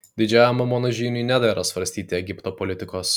didžiajam amono žyniui nedera svarstyti egipto politikos